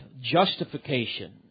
justification